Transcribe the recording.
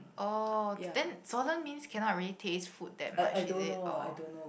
oh then swollen means cannot really taste food that much is it or